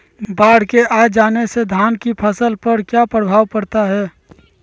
बाढ़ के आ जाने से धान की फसल पर किया प्रभाव पड़ता है?